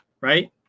Right